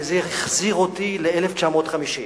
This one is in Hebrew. וזה החזיר אותי ל-1950,